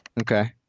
Okay